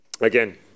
Again